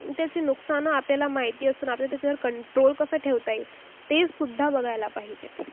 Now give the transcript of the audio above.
त्याचे नुकसान आपल्याला माहिती असून आपल्याला त्याच्यावर कंट्रोल कसा ठेवता येईल तेसुद्धा बघायला पाहिजेथ